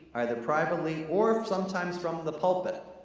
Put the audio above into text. either privately or sometimes from the pulpit.